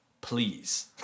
please